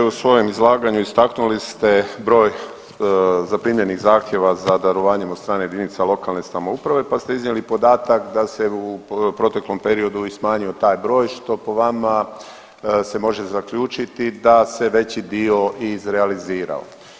U svojem izlaganju istaknuli ste broj zaprimljenih zahtjeva za darovanjem od strane jedinica lokalne samouprave, pa ste iznijeli podatak da se u proteklom periodu i smanjio taj broj što po vama se može zaključiti da se veći dio izrealizirao.